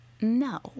No